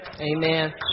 Amen